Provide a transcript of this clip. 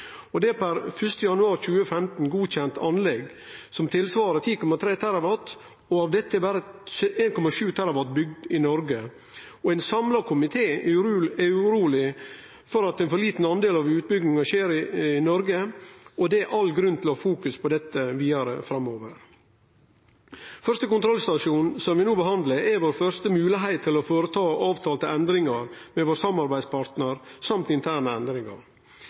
Det er per 1. januar 2015 godkjent anlegg som svarer til 10,3 TWh, av dette er berre 1,7 TWh bygd i Noreg, og ein samla komité er uroleg for at ein for liten del av utbygginga skjer i Noreg, Det er all grunn til å ha fokus på dette vidare framover. Første kontrollstasjon, som vi no behandlar, er vår første moglegheit til å føreta avtalte endringar med vår samarbeidspartnar og interne endringar.